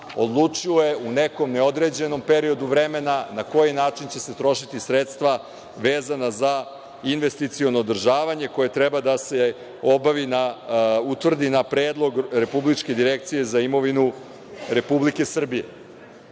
odlučuje u nekom neodređenom periodu vremena na koji način će se trošiti sredstva, vezana za investiciono održavanje koje treba da se utvrdi na predlog Republičke direkcije za imovinu Republike